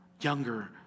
younger